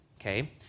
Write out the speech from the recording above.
Okay